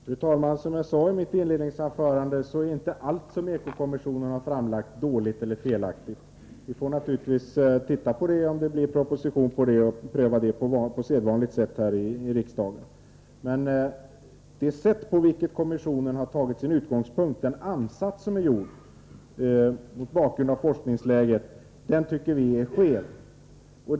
Fru talman! Som jag sade i mitt inledningsanförande är inte allt som Eko-kommissionen har föreslagit dåligt eller felaktigt. Vi får naturligtvis se på förslagen, om det framläggs en proposition, och pröva dem på sedvanligt sätt här i riksdagen. Men den ansats som kommissionen har gjort tycker vi, mot bakgrund av forskningsläget, är felaktig.